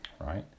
right